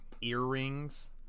earrings